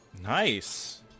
Nice